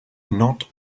not